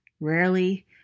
rarely